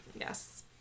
Yes